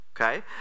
Okay